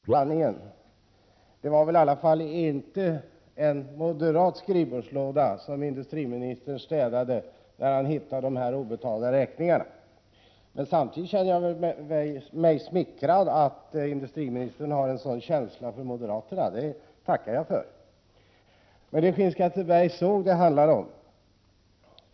Herr talman! Det var väldigt vad industriministern höjer rösten. Kan det bero på att argumenten är dåliga? Moderaterna har verkligen varit med och medverkat till att vi har fått ett Bergslagspaket, som kanske kan påverka utvecklingen i Bergslagen i fortsättningen. Jag tycker också att vi borde hålla oss litet mer till sanningen. Det var väl i alla fall inte en moderat skrivbordslåda som industriministern städade när han hittade de obetalda räkningarna? Men samtidigt känner jag mig smickrad över att industriministern har en sådan känsla för moderaterna — det tackar jag för. Men det är Skinnskattebergs såg som det handlar om.